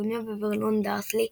פטוניה וורנון דרסלי,